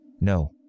No